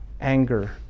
anger